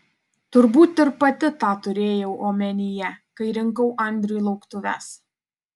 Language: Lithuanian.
turbūt ir pati tą turėjau omenyje kai rinkau andriui lauktuves